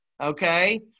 Okay